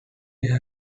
have